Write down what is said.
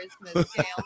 Christmas